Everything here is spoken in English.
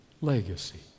Legacy